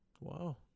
Wow